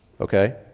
Okay